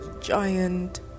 giant